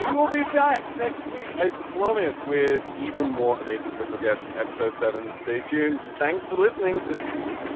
we'll be back next week i promise with even more amazing special guests episode seven stay tuned. thanks for listening to sleep.